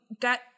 got